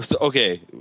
okay